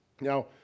now